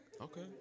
Okay